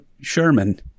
Sherman